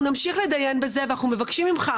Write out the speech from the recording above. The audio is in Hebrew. אנחנו נמשיך להתדיין בזה ואנחנו מבקשים ממך,